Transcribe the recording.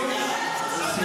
כנופיה, אתם כנופיה.